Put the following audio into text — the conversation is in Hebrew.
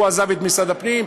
הוא עזב את משרד הפנים.